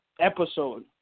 episode